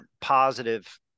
positive